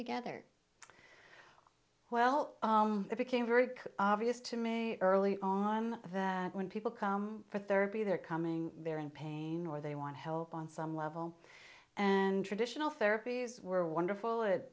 together well it became very obvious to me early on that when people come for therapy they're coming they're in pain or they want to help on some level and traditional therapies were wonderful it